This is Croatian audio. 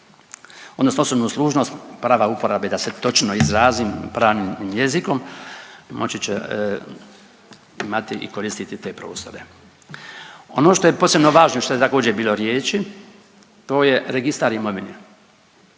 odnosno osobnu služnost prava uporabe, da se točno izrazim pravnim jezikom, moći će imati i koristiti te prostore. Ono što je posebno važno što je također, bilo riječi, to je Registar imovine.